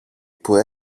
που